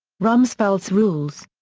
rumsfeld's rules.